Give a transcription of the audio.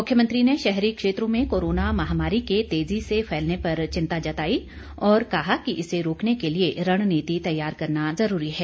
मुख्यमत्री ने शहरी क्षेत्रों में कोरोना महामारी के तेजी से फैलने पर चिंता जताई और कहा कि इसे रोकने के लिए रणनीति तैयार करना जरूरी है